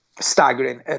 staggering